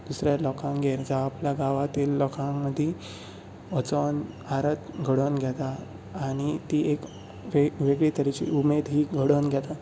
दुसऱ्या लोकांगेर जावं आपल्या गांवातील लोकां मदीं वचोन आरत घडोवन घेतात आनी ती एक वेगळी तरेची उमेद ही घडोवन घेता